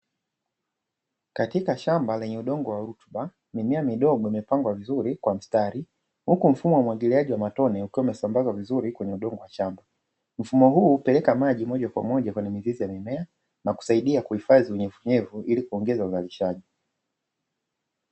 Katika shamba lenye udongo wa rutuba mimea midogo imepandwa vizuri kwa mstari, huku mfumo wa umwagiliaji wa matone ukiwa umesambazwa vizuri kwenye mfumo wa shamba; mfumo huu upeleka maji moja kwa moja kwenye mizizi ya mimea na kusaidia kuhifadhi unyevunyevu ili kuongeza uzalishaji.